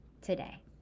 today